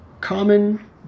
common